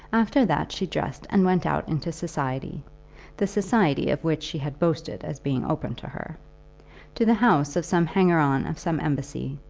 after that she dressed and went out into society the society of which she had boasted as being open to her to the house of some hanger-on of some embassy,